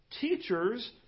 teachers